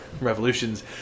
Revolutions